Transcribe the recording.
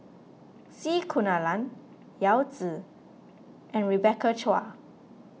C Kunalan Yao Zi and Rebecca Chua